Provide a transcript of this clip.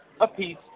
apiece